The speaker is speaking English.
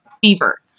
fever